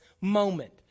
moment